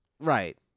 right